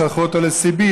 שלחו אותו לסיביר,